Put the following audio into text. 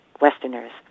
Westerners